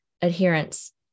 adherence